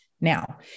now